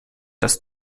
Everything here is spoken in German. dass